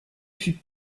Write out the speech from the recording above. fut